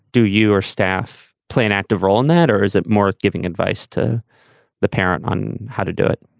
do you or staff play an active role in that or is it more giving advice to the parent on how to do it?